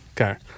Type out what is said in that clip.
Okay